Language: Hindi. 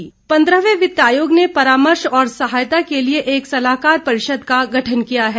वित्त आयोग पन्द्रहवें वित्त आयोग ने परामर्श और सहायता के लिए एक सलाहकार परिषद का गठन किया है